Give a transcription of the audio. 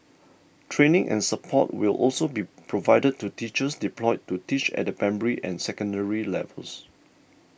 training and support will also be provided to teachers deployed to teach at the primary or secondary levels